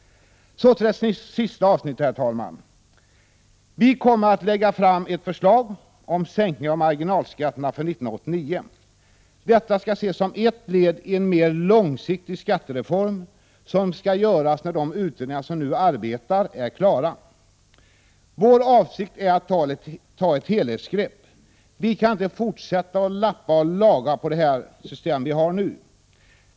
Så till det sista avsnittet, herr talman. Regeringen kommer att lägga fram ett förslag om sänkning av marginalskatterna för 1989. Detta skall ses om ett led i en mer långsiktig skattereform som skall genomföras när de utredningar som nu arbetar är klara. Socialdemokraternas avsikt är att ta ett helhetsgrepp. Vi kan inte fortsätta att lappa och laga på det nuvarande systemet.